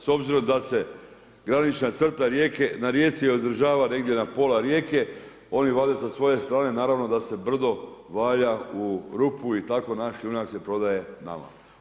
S obzirom da se granična crta na rijeci održava negdje na pola rijeke, oni vade sa svoje strane, naravno da se brdo valja u rupu i tako naš šljunak se prodaje nama.